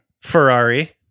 Ferrari